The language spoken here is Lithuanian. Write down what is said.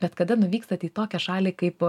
bet kada nuvykstate į tokią šalį kaip